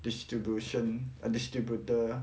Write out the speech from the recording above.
distribution err distributor